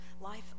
Life